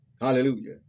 Hallelujah